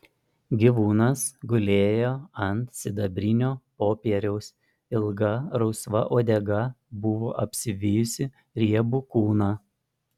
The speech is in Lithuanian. gyvūnas gulėjo ant sidabrinio popieriaus ilga rausva uodega buvo apsivijusi riebų kūną